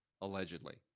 allegedly